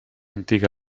antiga